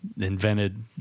Invented